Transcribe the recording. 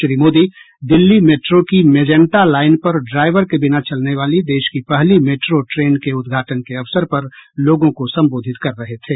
Shri Modi Delhi metro की magenta line पर driver के बिना चलने वाली देश की पहली मेट्रो ट्रेन के उद्घाटन के अवसर पर लोगों को संबोधित कर रहे थे